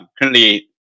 currently